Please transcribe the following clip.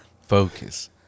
Focus